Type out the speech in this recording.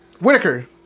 Whitaker